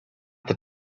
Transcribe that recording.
that